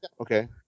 Okay